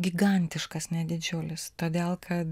gigantiškas didžiulis todėl kad